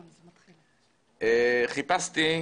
חיפשתי,